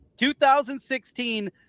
2016